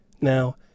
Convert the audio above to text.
Now